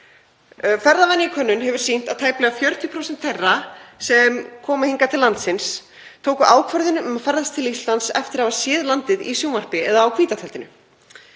Ferðavenjukönnun hefur sýnt að tæplega 40% þeirra sem koma hingað til lands tóku ákvörðun um að ferðast til Íslands eftir að hafa séð landið í sjónvarpi eða á hvíta tjaldinu.